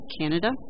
Canada